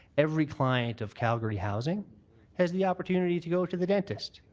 every client of calgary housing has the opportunity to go to the dentist.